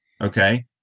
okay